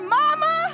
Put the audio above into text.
mama